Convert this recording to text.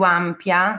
ampia